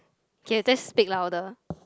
okay just speak louder